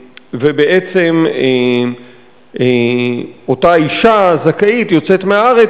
ובעצם אם אותה אשה זכאית יוצאת מהארץ,